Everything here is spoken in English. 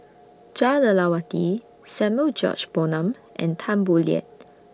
Jah Lelawati Samuel George Bonham and Tan Boo Liat